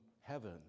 heaven